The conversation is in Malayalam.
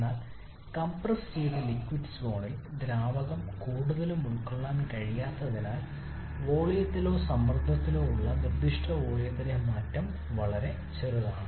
എന്നാൽ കംപ്രസ്സ് ചെയ്ത ലിക്വിഡ് സോണിൽ ദ്രാവകം കൂടുതലും ഉൾക്കൊള്ളാൻ കഴിയാത്തതിനാൽ വോളിയത്തിലോ സമ്മർദ്ദത്തിലോ ഉള്ള നിർദ്ദിഷ്ട വോളിയത്തിലെ മാറ്റം വളരെ ചെറുതാണ്